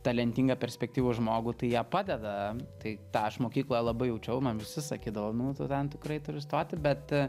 talentingą perspektyvų žmogų tai jie padeda tai tą aš mokykloje labai jaučiau man visi sakydavo nu tu ten tikrai turi stoti bet